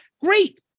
Great